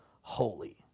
holy